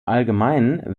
allgemeinen